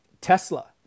Tesla